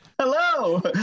hello